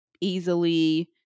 easily